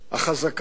החזקה,